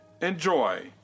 Enjoy